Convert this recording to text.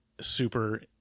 super-